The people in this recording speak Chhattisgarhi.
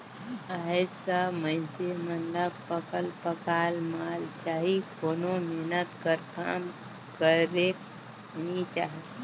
आएज सब मइनसे मन ल पकल पकाल माल चाही कोनो मेहनत कर काम करेक नी चाहे